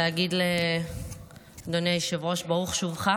להגיד לאדוני היושב-ראש ברוך שובך